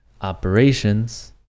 operations